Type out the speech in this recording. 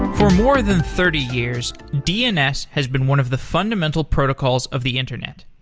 for more than thirty years, dns has been one of the fundamental protocols of the internet.